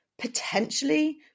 potentially